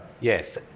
Yes